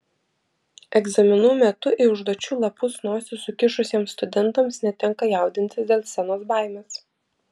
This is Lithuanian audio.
egzaminų metu į užduočių lapus nosis sukišusiems studentams netenka jaudintis dėl scenos baimės